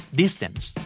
distance